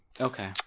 okay